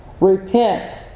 Repent